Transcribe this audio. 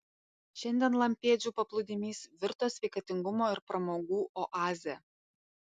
šiandien lampėdžių paplūdimys virto sveikatingumo ir pramogų oaze